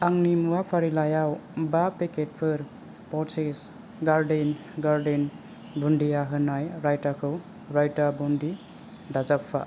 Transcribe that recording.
आंनि मुवा फारिलाइयाव बा पेकेटफोर पउसेष गार्डेन बुन्दिया होनाय रायताखौ रायथा बुनदि दाजाबफा